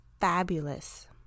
fabulous